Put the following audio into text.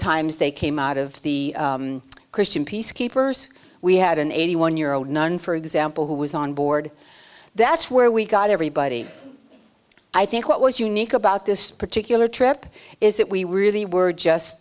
oftentimes they came out of the christian peacekeepers we had an eighty one year old nun for example who was onboard that's where we got everybody i think what was unique about this particular trip is that we really were just